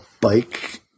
bike